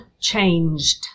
changed